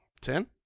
Ten